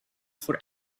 for